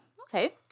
Okay